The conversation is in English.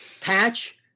patch